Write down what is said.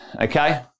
Okay